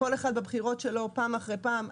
כל אחד בבחירות שלו פעם אחרי פעם.